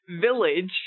Village